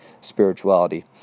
spirituality